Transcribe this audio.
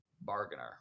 bargainer